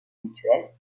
mutuelle